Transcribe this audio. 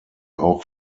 auch